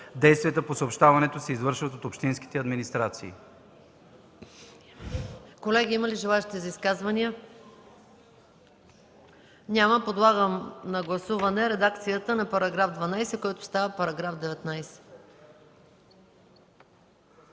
Действията по съобщаването се извършват от общинските администрации.”